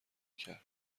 کرد